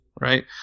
right